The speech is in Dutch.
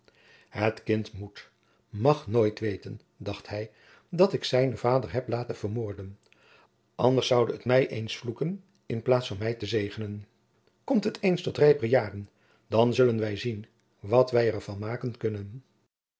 het kind moet mag nooit weten dacht hij dat ik zijnen vader heb laten vermoorden anders zoude het mij eens vloeken in de plaats van mij te zegenen komt het eens tot rijper jaren dan zullen wij zien wat wij er van maken kunnen